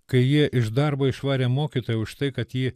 kai jie iš darbo išvarė mokytoją už tai kad ji